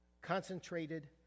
concentrated